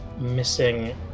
missing